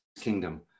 kingdom